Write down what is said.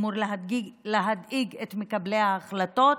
אמור להדאיג את מקבלי ההחלטות,